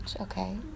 Okay